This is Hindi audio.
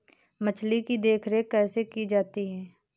मछली की देखरेख कैसे की जाती है?